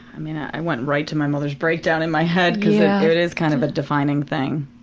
i mean, i went right to my mother's breakdown in my head, cause it is kind of a defining thing.